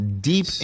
deep